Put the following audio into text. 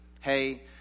hey